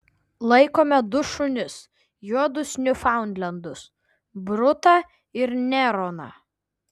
laikome du šunis juodus niufaundlendus brutą ir neroną